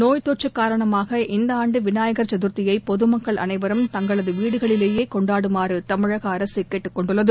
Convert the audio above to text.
நோய்த் தொற்று காரணமாக இந்த ஆண்டு விநாயகர் சதுர்த்தியை பொதுமக்கள் அனைவரும் தங்களது வீடுகளிலேயே கொண்டாடுமாறு தமிழக அரசு கேட்டுக் கொண்டுள்ளது